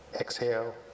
Exhale